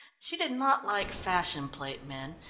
she did not like fashion-plate men,